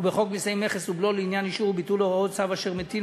ובחוק מסי מכס ובלו לעניין אישור וביטול הוראות צו אשר מטיל,